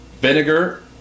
vinegar